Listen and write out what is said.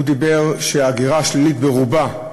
הוא אמר שההגירה השלילית ברובה,